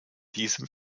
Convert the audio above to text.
diesem